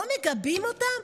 לא מגבים אותם?